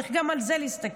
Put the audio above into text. צריך גם על זה להסתכל.